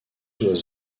oiseaux